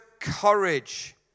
courage